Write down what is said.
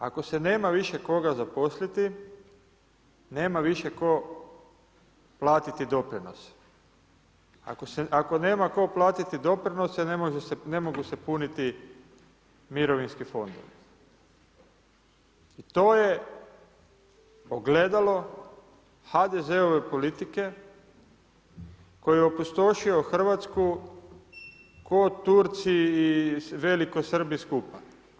Ako se nema više koga zaposliti, nema više tko platiti doprinose, ako nema tko platiti doprinose, ne mogu se puniti mirovinski fondovi i to je ogledalo HDZ-ove politike koji je opustošio RH ko Turci i Velikosrbi skupa.